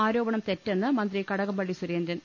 ആരോപണം തെറ്റെന്ന് മന്ത്രി കടകംപള്ളി സുരേന്ദ്രൻ